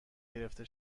گرفته